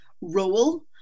role